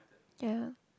ya